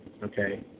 Okay